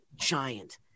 giant